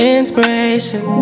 inspiration